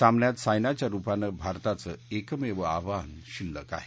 सामन्यात सायनाच्या रुपांनं भारताचं एकमेव आव्हान शिल्लक आहे